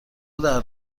درد